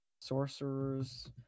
Sorcerer's